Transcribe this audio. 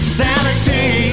sanity